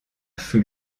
fut